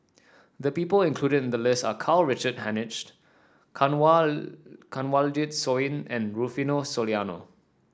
the people included in the list are Karl Richard Hanitsch Kanwaljit Soin and Rufino Soliano